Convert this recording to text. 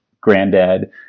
granddad